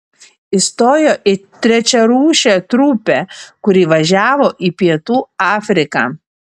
įstojo į trečiarūšę trupę kuri važiavo į pietų afriką